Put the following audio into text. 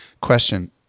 Question